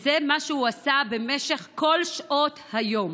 זה מה שהוא עשה במשך כל שעות היום.